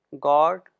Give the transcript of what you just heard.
God